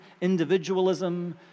individualism